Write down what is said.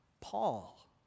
Paul